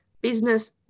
business